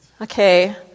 okay